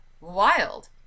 Wild